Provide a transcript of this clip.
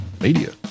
media